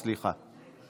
סליחה.